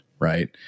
right